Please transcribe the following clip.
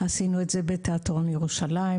עשינו את זה בתיאטרון ירושלים,